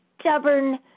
stubborn